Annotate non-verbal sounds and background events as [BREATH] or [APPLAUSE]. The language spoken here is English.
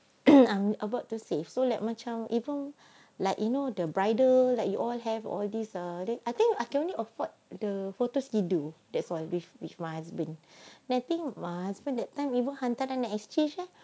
[BREATH] and I'm about to save so like macam even like you know the bridal like you all have all these ah then I think I can only afford the photos begitu that's all with with my husband then I think my husband that time even hantaran nak exchange ah